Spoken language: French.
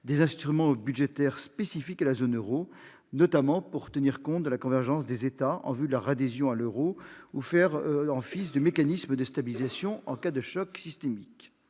des instruments budgétaires spécifiques à la zone euro, notamment pour soutenir la convergence des États en vue de leur adhésion à l'euro ou encore pour faire office de mécanisme de stabilisation en cas de choc asymétrique.